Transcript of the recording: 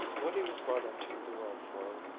what he was brought into the world for,